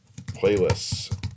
playlists